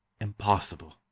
impossible